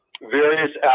various